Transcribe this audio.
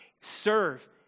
serve